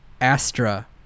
Astra